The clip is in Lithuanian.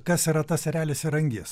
kas yra tas erelis ir angis